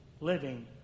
Living